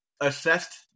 assessed